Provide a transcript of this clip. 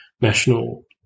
national